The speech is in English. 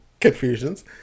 Confusions